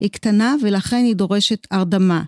היא קטנה ולכן היא דורשת הרדמה.